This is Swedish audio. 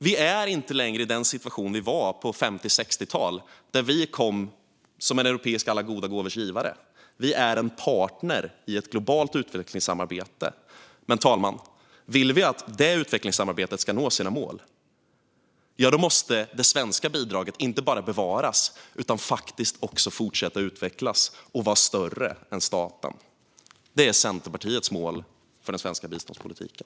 Vi befinner oss inte längre i den situation som vi var i under 1950 och 1960-talen, då vi kom som en europeisk alla goda gåvors givare. Vi är en partner i ett globalt utvecklingssamarbete. Men, fru talman, om vi vill att detta utvecklingssamarbete ska nå sina mål måste det svenska bidraget inte bara bevaras utan också fortsätta utvecklas och vara större än staten. Det är Centerpartiets mål för den svenska biståndspolitiken.